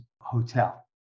hotel